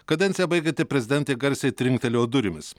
kadenciją baigianti prezidentė garsiai trinktelėjo durimis